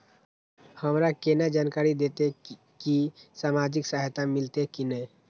हमरा केना जानकारी देते की सामाजिक सहायता मिलते की ने?